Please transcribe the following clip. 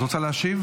את רוצה להשיב?